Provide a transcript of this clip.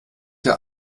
der